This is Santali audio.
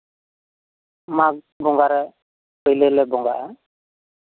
ᱢᱟᱜᱽ ᱵᱚᱸᱜᱟᱨᱮ ᱯᱳᱭᱞᱳ ᱞᱮ ᱵᱚᱸᱜᱟᱜᱼᱟ